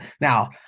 Now